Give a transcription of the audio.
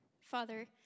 Father